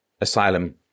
asylum